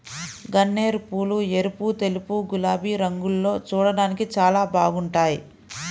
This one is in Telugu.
గన్నేరుపూలు ఎరుపు, తెలుపు, గులాబీ రంగుల్లో చూడ్డానికి చాలా బాగుంటాయ్